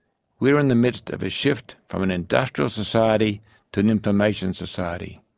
we are in the midst of a shift from an industrial society to an information society.